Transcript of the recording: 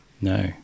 No